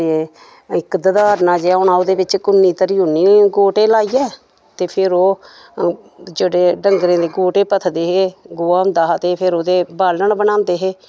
ते इक ददारना जेहा होना ओह्दे बिच कु'न्नी धरी औनी गोह्टे लाइये ते फिर ओह् जेह्ड़े डंगरे दे गोह्टे पत्थदे हे गोहा होंदा हा ते फिर ओह्दे बालन बनांदे हे